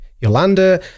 Yolanda